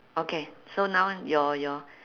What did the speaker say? okay so now your your